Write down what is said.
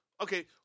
okay